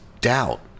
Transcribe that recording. doubt